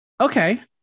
Okay